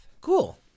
Cool